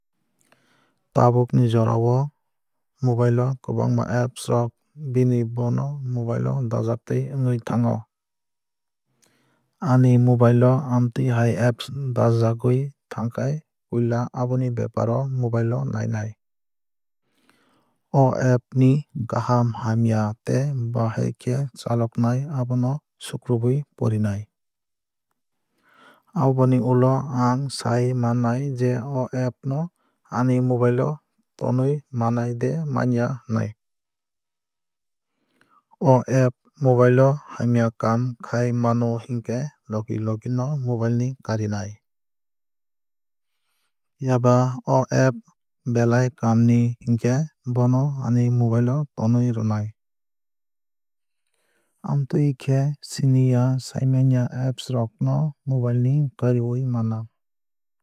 Tabuk jorao mobile o kwbangma apps rok bini bo no mobile o dajatwui wngwui thango. Ani mobile o amtwui hai apps dajagwui thangkhai puila aboni bepar o mobile o nainai. O app ni kaham hamya tei bahai khe chalognai abono sukrubui porinai. Aboni ulo ang sai manai je o app no ani mobile o tonwui manai de manya hnwui. O app mobile o hamya kaam khai mano hinkhe logi logi no mobile ni karinai. Phiaba o app belai kaam ni hingkhe bono ani mobile o tonwui rwnai. Amtwui khe siniya saimanya apps rok no mobile ni kariwui mano.